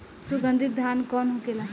सुगन्धित धान कौन होखेला?